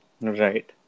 right